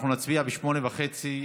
אנחנו נצביע בשעה 20:30,